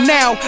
Now